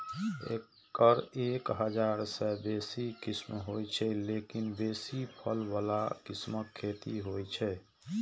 एकर एक हजार सं बेसी किस्म होइ छै, लेकिन बेसी फल बला किस्मक खेती होइ छै